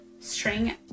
string